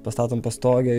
pastatom pastogę